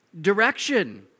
direction